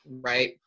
Right